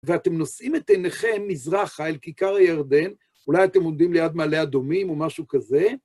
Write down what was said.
ואתם נושאים את עיניכם מזרחה אל כיכר הירדן, אולי אתם עומדים ליד מעלה אדומים או משהו כזה?